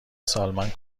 سالمند